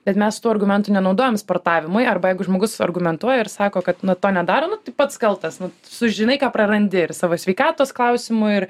bet mes tų argumentų nenaudojam sportavimui arba jeigu žmogus argumentuoja ir sako kad nu to nedaro nu tai pats kaltas nu sužinai ką prarandi ir savo sveikatos klausimu ir